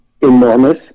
enormous